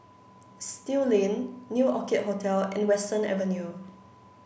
Still Lane New Orchid Hotel and Western Avenue